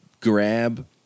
grab